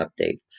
updates